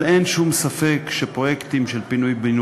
אבל אין שום ספק שפרויקטים של פינוי-בינוי,